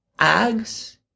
eggs